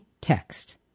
text